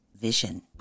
Vision